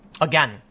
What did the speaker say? Again